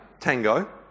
Tango